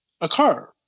occur